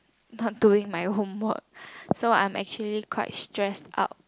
not doing my homework so I actually quite stress up